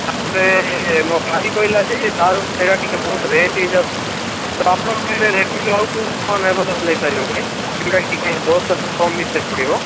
ତାପରେ ମୋ ଭାଇ କହିଲା ଯେ ତାର ସେଇଟା ଟିକିଏ ବହୁତ ରେଟ୍ ହେଇଯାଉଛି ତ ଆପଣଙ୍କ ପାଖରେ ରେଡ଼ମିର ଆଉ କେଉଁ କେଉଁ ଫୋନ୍ ଆଭେଲେବୁଲ ହେଇପାରିବ ଭାଇ ଯେଉଁଗୁଡ଼ାକ କି ଟିକିଏ ଦଶରୁ କମ୍ ଭିତରେ ପଡ଼ିବ